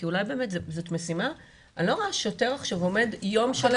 כי אולי באמת זאת משימה - אני לא רואה שוטר עכשיו עומד יום שלם בצומת,